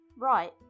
right